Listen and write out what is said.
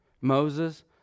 Moses